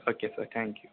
okay sir thank you